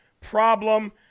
problem